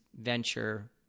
venture